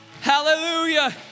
Hallelujah